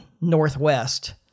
Northwest